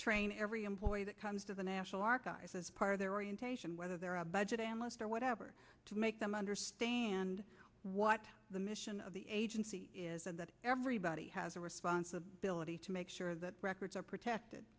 train every employee that comes to the national archives as part of their orientation whether they're a budget analyst or whatever to make them understand what the mission of the agency is and that everybody has a responsibility to make sure that records are protected